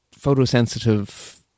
photosensitive